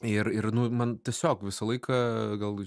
ir ir nu man tiesiog visą laiką gal